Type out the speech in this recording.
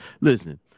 Listen